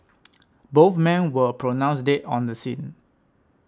both men were pronounced dead on the scene